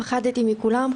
פחדתי מכולם,